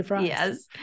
yes